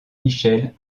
michel